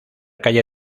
calle